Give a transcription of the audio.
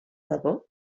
debò